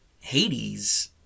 Hades